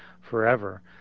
forever